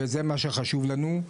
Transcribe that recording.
וזה מה שחשוב לנו,